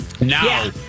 Now